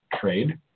trade